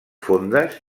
fondes